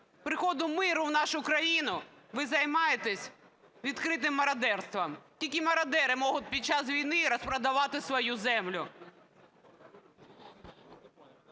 приходу миру в нашу країну, ви займаєтесь відкритим мародерством. Тільки мародери можуть під час війн розпродавати свою землю.